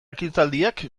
ekitaldiak